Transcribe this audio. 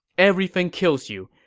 everything kills you.